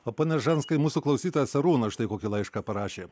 o pone ražanskai mūsų klausytojas arūnas štai kokį laišką parašė